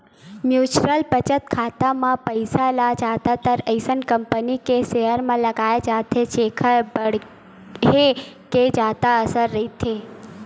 mutual बचत खाता म पइसा ल जादातर अइसन कंपनी के सेयर म लगाए जाथे जेखर बाड़हे के जादा असार रहिथे